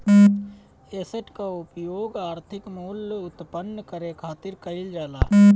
asset कअ उपयोग आर्थिक मूल्य उत्पन्न करे खातिर कईल जाला